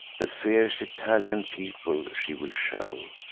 the fierce italian people she will show,